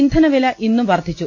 ഇന്ധനവില ഇന്നും വർധിച്ചു